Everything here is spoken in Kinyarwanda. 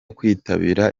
kwitabira